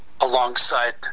alongside